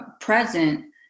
present